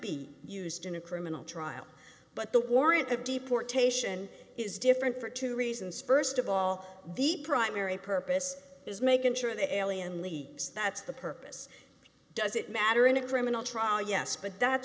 be used in a criminal trial but the warrant of deportation is different for two reasons st all the primary purpose is making sure the alien leaks that's the purpose does it matter in a criminal trial yes but that's